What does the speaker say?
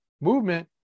movement